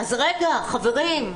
רגע, חברים,